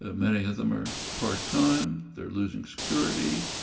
ah many of them are part-time, they're losing security,